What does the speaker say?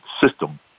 system